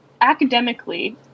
academically